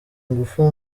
ingufu